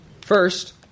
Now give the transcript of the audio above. First